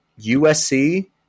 USC